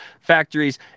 factories